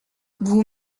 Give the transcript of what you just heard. vous